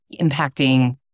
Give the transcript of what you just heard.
impacting